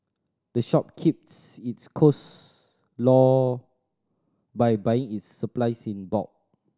the shop keeps its cost low by buying its supplies in bulk